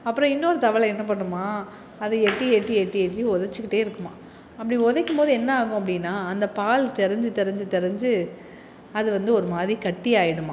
அப்புறம் இன்னோரு தவளை என்ன பண்ணுமா அதை எட்டி எட்டி எட்டி எட்டி ஒதைச்சிக்கிட்டே இருக்குமாம் அப்படி ஒதைக்கும் போது என்ன ஆகும் அப்படினா அந்த பால் தெரஞ்சு தெரஞ்சு தெரஞ்சு அது வந்து ஒரு மாதிரி கட்டி ஆயிடுமா